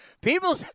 People